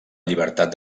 llibertat